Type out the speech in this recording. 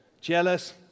Jealous